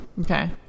Okay